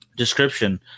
description